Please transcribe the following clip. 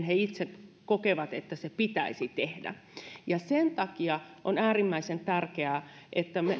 he itse kokevat että se pitäisi tehdä sen takia on äärimmäisen tärkeää että